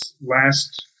last